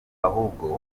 ahubwo